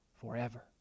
forever